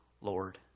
Lord